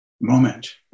moment